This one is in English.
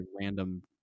random